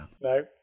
no